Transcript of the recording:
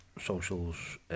socials